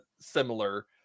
similar